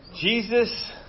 Jesus